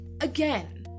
again